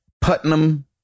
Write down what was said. Putnam